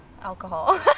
Alcohol